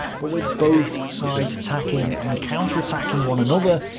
but with both sides attacking and counter-attacking one another,